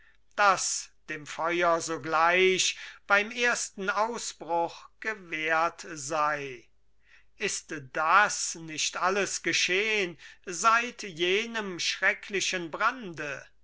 daß dem feuer sogleich beim ersten ausbruch gewehrt sei ist das nicht alles geschehn seit jenem schrecklichen brande